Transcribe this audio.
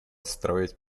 строить